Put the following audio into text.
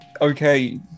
okay